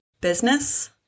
business